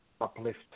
uplift